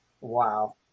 Wow